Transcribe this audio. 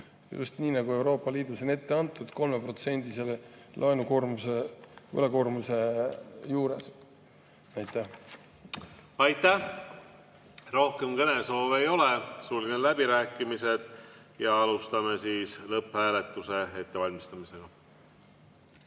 just nii, nagu Euroopa Liidus on ette antud, 3%‑lise laenukoormuse, võlakoormuse juures. Aitäh! Aitäh! Rohkem kõnesoove ei ole. Sulgen läbirääkimised ja alustame lõpphääletuse ettevalmistamist. Head